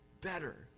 better